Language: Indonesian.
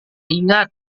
ingat